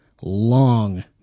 long